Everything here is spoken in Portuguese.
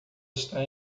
está